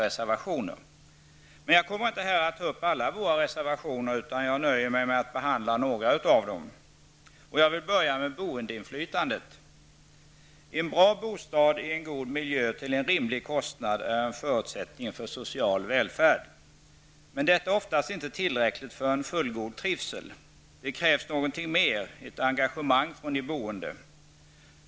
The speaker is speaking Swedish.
Jag kommer här inte att ta upp alla våra reservationer, utan jag nöjer mig med att behandla några av dem. Jag vill börja med boendeinflytandet. En bra bostad i en bra miljö till en rimlig kostnad är en förutsättning för social välfärd. Men detta är oftast inte tillräckligt för en fullgod trivsel. Det krävs någonting mer -- ett engagemang från de boende.